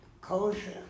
kosher